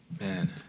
Man